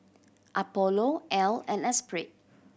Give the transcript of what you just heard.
Apollo Elle and Espirit